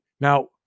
Now